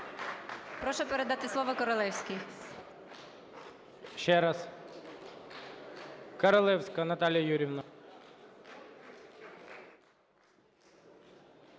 Прошу передати слово Королевській. ГОЛОВУЮЧИЙ. Королевська Наталія Юріївна.